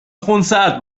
خونسرد